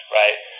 right